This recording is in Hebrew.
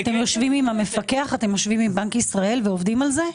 אתם יושבים עם המפקח, עם בנק ישראל ועובדים על זה?